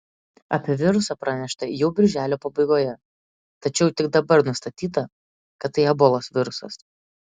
apie virusą pranešta jau birželio pabaigoje tačiau tik dabar nustatyta kad tai ebolos virusas